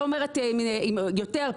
אני לא אומרת אם יותר,